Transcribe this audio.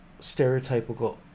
stereotypical